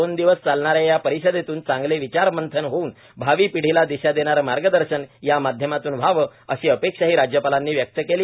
दोन दिवस चालणाऱ्या या परिषदेतून चांगले विचार मंथन होऊन भावी पिढीला दिशा देणारे मार्गदर्शन या माध्यमातून व्हावं अशी अपेक्षाही राज्यपालांनी व्यक्त केली